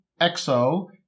EXO